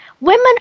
women